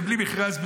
בלי מכרז,